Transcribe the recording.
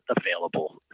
available